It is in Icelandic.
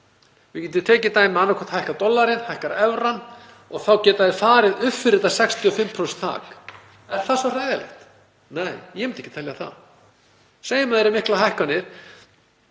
Við getum tekið dæmi. Annaðhvort hækkar dollarinn eða evran og þá geta þeir farið upp fyrir þetta 65% þak. Er það svo hræðilegt? Nei, ég myndi ekki telja það. Segjum að það yrðu miklar hækkanir